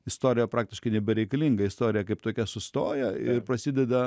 istorija praktiškai nebereikalinga istorija kaip tokia sustoja ir prasideda